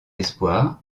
espoirs